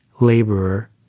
laborer